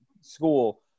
school